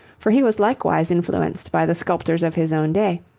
for he was likewise influenced by the sculptors of his own day,